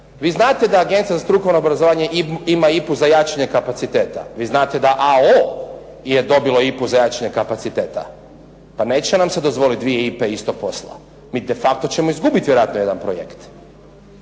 Vi znate da Agencija za strukovno obrazovanje ima IPA-u za jačanje kapaciteta. Vi znate da AO je dobilo IPA-u za jačanje kapaciteta. Pa neće nam se dozvoliti dvije IPA-e istog posla. Mi de facto ćemo izgubiti vjerojatno jedan projekt.